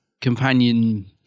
companion